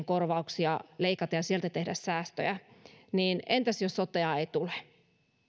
korvauksia leikata ja sieltä tehdä säästöjä entäs jos sotea ei tule